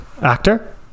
actor